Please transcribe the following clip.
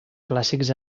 clàssics